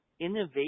innovation